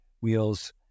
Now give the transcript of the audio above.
wheels